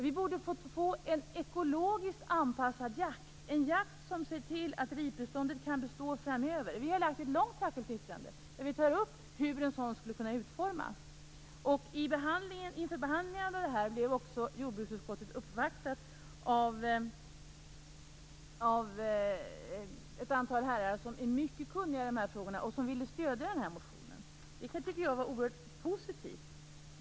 Vi borde få en ekologiskt anpassad jakt, en jakt som ser till att ripbeståndet kan bestå framöver. Vi har ett långt särskilt yttrande, där vi tar upp hur en sådan jakt skulle kunna utformas. Inför behandlingen av det här ärendet blev jordbruksutskottet uppvaktat av ett antal herrar som är mycket kunniga i de här frågorna och som ville stödja vår motion. Det tycker jag var oerhört positivt.